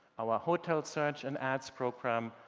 our hotel search and ads program,